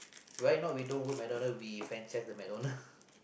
why not we don't work McDonald's we franchise the McDonald's